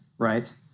right